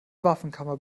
waffenkammer